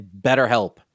BetterHelp